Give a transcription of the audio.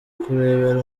kurebera